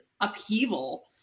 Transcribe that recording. upheaval